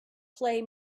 play